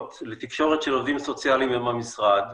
לתקשורת של עובדים סוציאליים עם המשרד,